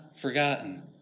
forgotten